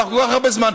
אנחנו כל כך הרבה זמן,